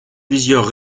plusieurs